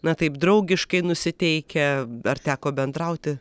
na taip draugiškai nusiteikę ar teko bendrauti